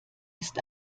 ist